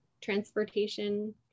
transportation